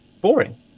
boring